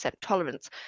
tolerance